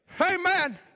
Amen